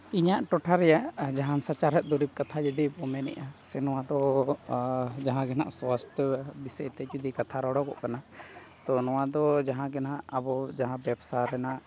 ᱤᱧᱟᱹᱜ ᱴᱚᱴᱷᱟ ᱨᱮᱭᱟᱜ ᱡᱟᱦᱟᱱ ᱥᱟᱪᱟᱨᱦᱮᱫ ᱫᱩᱨᱤᱵᱽ ᱠᱟᱛᱷᱟ ᱡᱩᱫᱤ ᱵᱚᱱ ᱢᱮᱱᱮᱫᱼᱟ ᱥᱮ ᱱᱚᱣᱟᱫᱚ ᱡᱟᱦᱟᱸᱜᱮ ᱱᱟᱦᱟᱜ ᱥᱟᱥᱛᱷᱚ ᱵᱤᱥᱚᱭᱛᱮ ᱠᱟᱛᱷᱟ ᱨᱚᱲᱚᱜᱚᱜ ᱠᱟᱱᱟ ᱛᱳ ᱱᱚᱣᱟᱫᱚ ᱡᱟᱦᱟᱸᱜᱮ ᱱᱟᱦᱟᱜ ᱟᱵᱚ ᱵᱮᱵᱽᱥᱟ ᱨᱮᱱᱟᱜ